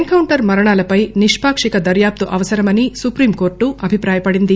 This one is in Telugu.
ఎన్ కౌంటర్ మరణాలపై నిష్పాక్షిక దర్యాప్తు అవసరమని సుప్రీంకోర్టు అభిప్రాయపడింది